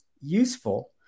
useful